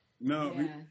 no